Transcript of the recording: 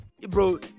bro